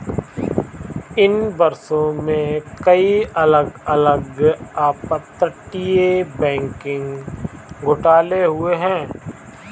इन वर्षों में, कई अलग अलग अपतटीय बैंकिंग घोटाले हुए हैं